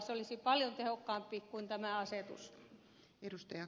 se olisi paljon tehokkaampaa kuin tämä asetus